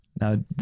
now